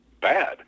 bad